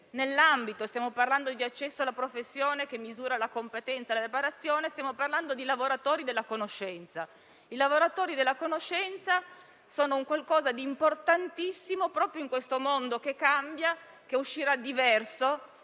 dell'accesso ad una professione, che misura la competenza e la preparazione, stiamo parlando di lavoratori della conoscenza. I lavoratori della conoscenza sono importantissimi proprio in questo mondo che cambia, che uscirà diverso